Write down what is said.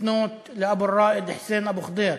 לפנות לאבו ראאד חוסיין אבו ח'דיר.